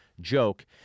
joke